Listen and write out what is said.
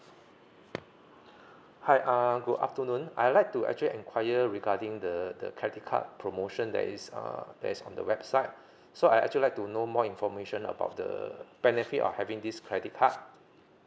hi err go afternoon I'd like to actually inquire regarding the the credit card promotion that is err there is on the website so I'd actually like to know more information about the benefit of having this credit card